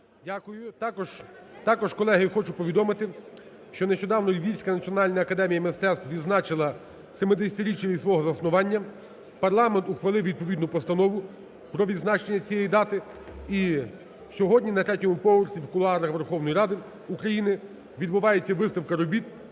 Дякую. Також, колеги, хочу повідомити, що нещодавно Львівська національна академія мистецтв відзначила 70-річчя від свого заснування. Парламент ухвалив відповідну постанову про відзначення цієї дати. І сьогодні на третьому поверсі в кулуарах Верховної Ради України відбувається виставка робіт